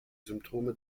symptome